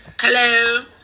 Hello